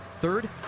Third